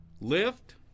Lift